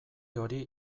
hori